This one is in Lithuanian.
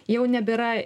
jau nebėra